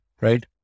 right